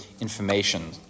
information